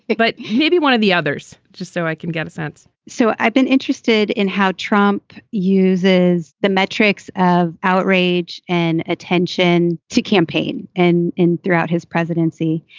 but maybe one of the others just so i can get a sense so i've been interested in how trump uses the metrics of outrage and attention to campaign and in throughout his presidency.